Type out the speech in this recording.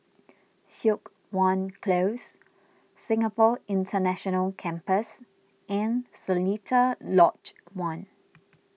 Siok Wan Close Singapore International Campus and Seletar Lodge one